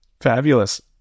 Fabulous